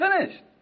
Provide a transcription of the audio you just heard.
Finished